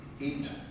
Eat